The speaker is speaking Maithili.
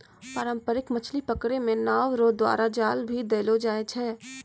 पारंपरिक मछली पकड़ै मे नांव रो द्वारा जाल भी देलो जाय छै